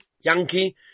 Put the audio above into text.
Yankee